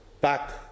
back